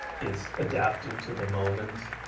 it's adapting to the moment